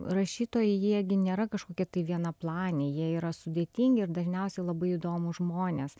rašytojai jie gi nėra kažkokie tai vienaplaniai jie yra sudėtingi ir dažniausiai labai įdomūs žmonės